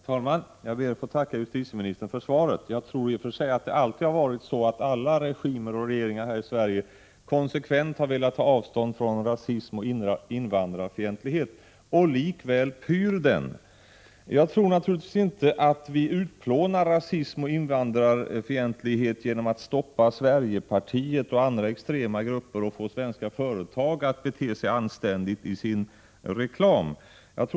Herr talman! Jag ber att få tacka justitieministern för svaret. Jag tror i och för sig att det alltid har varit så här i Sverige, att samtliga regimer och regeringar konsekvent har velat ta avstånd från rasism och invandrarfientlighet. Och likväl pyr de. Vi utplånar naturligtvis inte rasism och invandrarfientlighet genom att stoppa Sverigepartiet och andra extrema grupper och få svenska företag att bete sig anständigt i sin reklam.